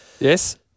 Yes